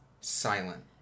silent